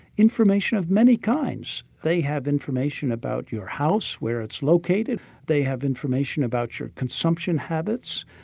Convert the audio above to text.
information of many kinds. they have information about your house, where it's located they have information about your consumption habits.